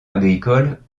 agricole